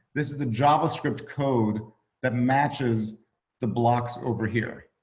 this is the javascript code that matches the blocks over here.